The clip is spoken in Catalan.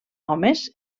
homes